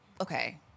okay